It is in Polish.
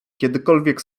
kiedykolwiek